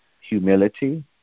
humility